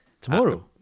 Tomorrow